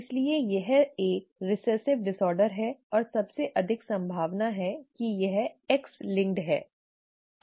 इसलिए यह एक रिसेसिव डिसऑर्डर है और सबसे अधिक संभावना है कि यह X linked है